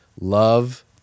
love